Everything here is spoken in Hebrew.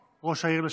ראש העיר לשעבר?